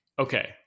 okay